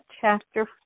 Chapter